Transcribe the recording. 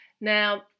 now